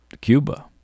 Cuba